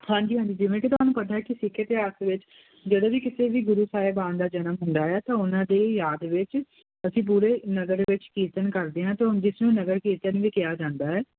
ਹਾਂਜੀ ਹਾਂਜੀ ਜਿਵੇਂ ਕਿ ਤੁਹਾਨੂੰ ਪਤਾ ਕਿ ਸਿੱਖ ਇਤਿਹਾਸ ਦੇ ਵਿੱਚ ਜਦੋਂ ਵੀ ਕਿਤੇ ਵੀ ਗੁਰੂ ਸਾਹਿਬਾਨ ਦਾ ਜਨਮ ਹੁੰਦਾ ਆ ਤਾਂ ਉਹਨਾਂ ਦੀ ਯਾਦ ਵਿੱਚ ਅਸੀਂ ਪੂਰੇ ਨਗਰ ਵਿੱਚ ਕੀਰਤਨ ਕਰਦੇ ਆਂ ਤੇ ਹੁਣ ਜਿਸ ਨੂੰ ਨਗਰ ਕੀਰਤਨ ਵੀ ਕਿਹਾ ਜਾਂਦਾ ਹੈ